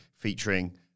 featuring